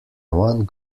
one